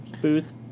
Booth